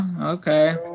Okay